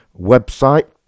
website